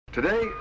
Today